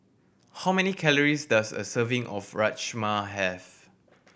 how many calories does a serving of Rajma have